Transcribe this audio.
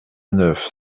neuf